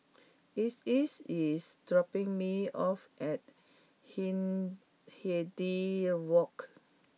Isis is dropping me off at Hindhede Walk